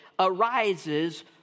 arises